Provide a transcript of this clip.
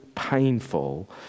painful